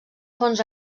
fonts